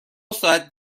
ساعت